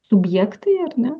subjektai ar ne